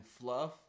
fluff